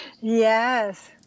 Yes